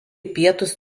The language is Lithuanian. pietus